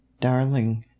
darling